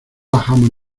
bajamos